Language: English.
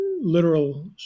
literal